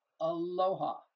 Aloha